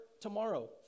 tomorrow